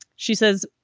she says.